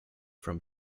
from